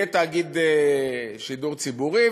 יהיה תאגיד שידור ציבורי,